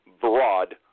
broad